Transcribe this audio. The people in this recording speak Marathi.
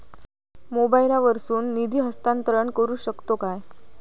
मोबाईला वर्सून निधी हस्तांतरण करू शकतो काय?